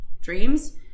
dreams